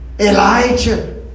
Elijah